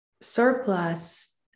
surplus